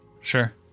sure